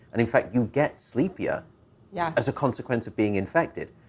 and in fact, you get sleepier yeah as a consequence of being infected.